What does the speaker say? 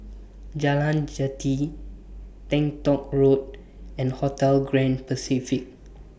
Jalan Jati Teng Tong Road and Hotel Grand Pacific